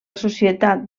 societat